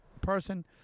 person